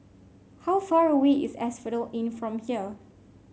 how far away is Asphodel Inn from here